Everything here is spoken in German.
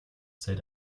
zeit